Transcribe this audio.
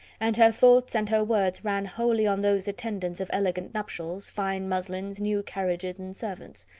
and her thoughts and her words ran wholly on those attendants of elegant nuptials, fine muslins, new carriages, and servants.